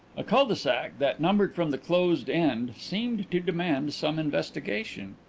a cul-de-sac that numbered from the closed end seemed to demand some investigation.